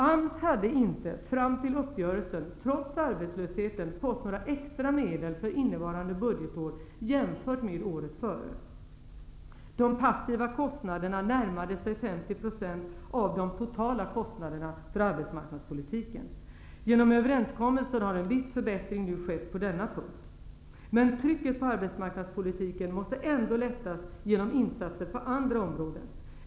AMS hade ännu inte fram till uppgörelsen trots arbetslösheten fått några extra medel för innevarande budgetår jämfört med året före. Kostnaderna för passivt stöd närmade sig 50 % av de totala kostnaderna för arbetsmarknadspolitiken. Genom överenskommelsen har en viss förbättring nu skett på denna punkt. Men trycket på arbetsmarknadspolitiken måste lättas genom insatser på andra områden.